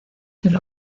del